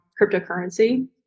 cryptocurrency